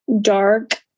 dark